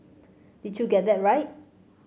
did you get that right